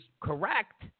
correct